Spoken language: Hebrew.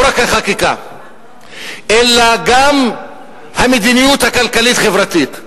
לא רק החקיקה, אלא גם המדיניות הכלכלית-חברתית.